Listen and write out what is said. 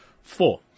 Four